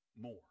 more